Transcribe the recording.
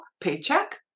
paycheck